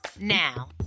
Now